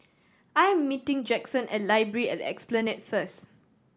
I am meeting Jackson at Library at Esplanade first